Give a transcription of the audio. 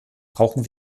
brauchen